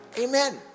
Amen